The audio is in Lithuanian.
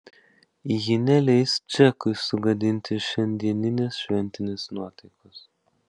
ji neleis džekui sugadinti šiandieninės šventinės nuotaikos